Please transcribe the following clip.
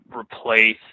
replace